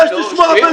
מה יש לשמוע בזה?